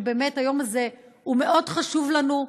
שבאמת היום הזה הוא מאוד חשוב לנו.